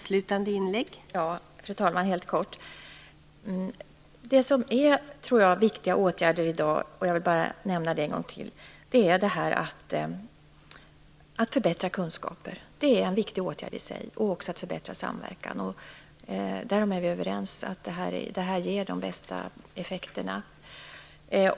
Fru talman! Det som är viktiga åtgärder i dag - jag vill helt kort nämna dem en gång till - är att förbättra kunskaper och samverkan. Om detta är vi överens - det ger de bästa effekterna.